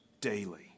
daily